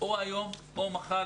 או היום או מחר,